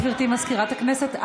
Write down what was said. גברתי סגנית מזכירת הכנסת,